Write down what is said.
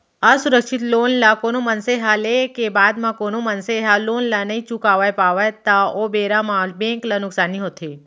असुरक्छित लोन ल कोनो मनसे ह लेय के बाद म कोनो मनसे ह लोन ल नइ चुकावय पावय त ओ बेरा म बेंक ल नुकसानी होथे